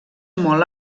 molt